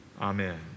Amen